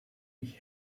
ich